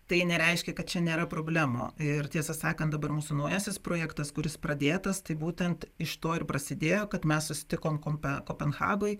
tai nereiškia kad čia nėra problemų ir tiesą sakant dabar mūsų naujasis projektas kuris pradėtas tai būtent iš to ir prasidėjo kad mes susitikom kompe kopenhagoj